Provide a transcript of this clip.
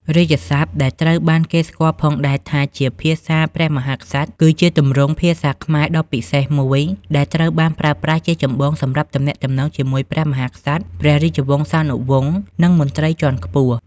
រាជសព្ទ ដែលត្រូវបានគេស្គាល់ផងដែរថាជា ភាសាព្រះមហាក្សត្រ គឺជាទម្រង់ភាសាខ្មែរដ៏ពិសេសមួយ ដែលត្រូវបានប្រើប្រាស់ជាចម្បងសម្រាប់ទំនាក់ទំនងជាមួយ ព្រះមហាក្សត្រ ព្រះរាជវង្សានុវង្ស និងមន្ត្រីជាន់ខ្ពស់។